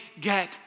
get